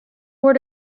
where